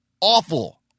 awful